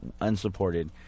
unsupported